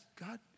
God